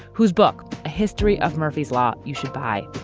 whose book a history of murphy's law you should buy.